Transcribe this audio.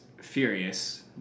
furious